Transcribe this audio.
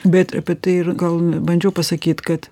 bet apie tai ir gal bandžiau pasakyt kad